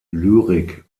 lyrik